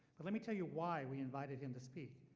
but lemme tell you why we invited him to speak.